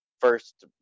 first